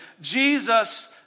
Jesus